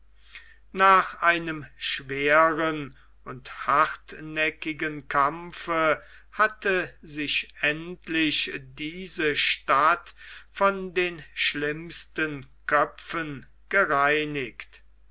nach einem schweren hartnäckigen kampfe hatte sich endlich diese stadt von den schlimmsten köpfen gereinigt